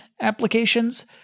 applications